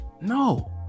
No